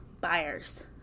buyers